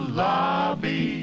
lobby